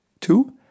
Two